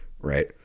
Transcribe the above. right